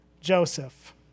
Joseph